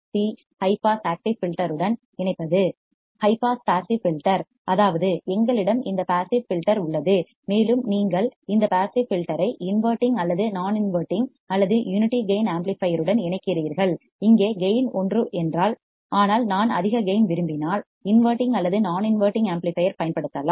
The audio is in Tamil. சி ஹை பாஸ் ஆக்டிவ் ஃபில்டர்யுடன் இணைப்பது ஹை பாஸ் பாசிவ் ஃபில்டர் அதாவது எங்களிடம் இந்த பாசிவ் ஃபில்டர் உள்ளது மேலும் நீங்கள் இந்த பாசிவ் ஃபில்டர் ஐ இன்வடிங் அல்லது நான் இன்வடிங் அல்லது யூனிட்டி கேயின் ஆம்ப்ளிபையர்யுடன் இணைக்கிறீர்கள் இங்கே கேயின் ஒன்று என்றால் ஆனால் நான் அதிக கேயின் விரும்பினால் இன்வடிங் அல்லது நான் இன்வடிங் ஆம்ப்ளிபையர் பயன்படுத்தலாம்